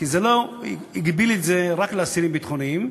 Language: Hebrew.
כי החוק לא הגביל את זה רק לאסירים ביטחוניים.